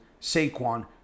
Saquon